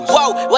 Whoa